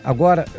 Agora